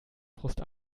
frust